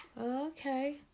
Okay